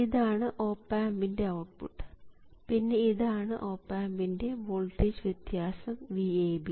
ഇതാണ് ഓപ് ആമ്പിൻറെ ഔട്ട്പുട്ട് പിന്നെ ഇതാണ് ഓപ് ആമ്പിൻറെ വോൾട്ടേജ് വ്യത്യാസം VAB